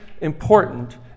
important